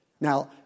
Now